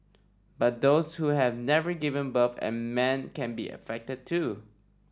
but those who have never given birth and men can be affected too